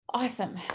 Awesome